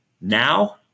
now